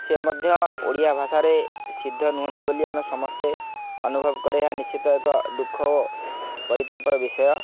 ସେ ମଧ୍ୟ ଓଡ଼ିଆ ଭାଷାରେ ସିଦ୍ଧ ନୁହଁନ୍ତି ବୋଲି ଆମେ ସମସ୍ତେ ଅନୁଭବ କରେ ଏହା ନିଶ୍ଚିତ ଏକ ଦୁଃଖ ଓ ପରିତାପର ବିଷୟ